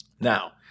Now